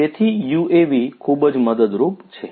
તેથી UAVs ખુબ જ મદદરૂપ છે